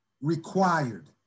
required